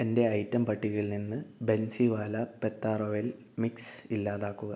എന്റെ ഐറ്റം പട്ടികയിൽ നിന്ന് ബൻസിവാല പെത്ത റോയൽ മിക്സ് ഇല്ലാതാക്കുക